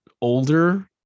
Older